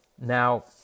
Now